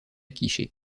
quiché